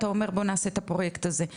אתה אומר בוא נעשה את הפרויקט הזה,